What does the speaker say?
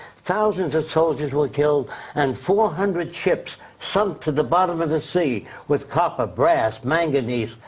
thousands of soldiers were killed and four hundred ships sunk to the bottom of the sea with copper, brass, manganese,